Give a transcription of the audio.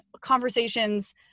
conversations